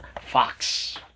fox